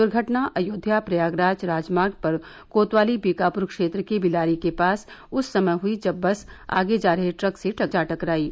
दुर्घटना अयोध्या प्रयागराज राजमार्ग पर कोतवाली बीकापुर क्षेत्र के बिलारी के पास उस समय हुई जब बस आगे जा रहे ट्रक से जा टकरायी